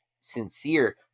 sincere